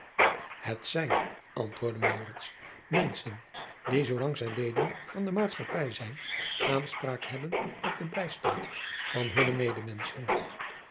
et zijn antwoordde menschen die zoolang zij leden van de aatschappij zijn aanspraak hebben op den bijstand van hunne medemenschen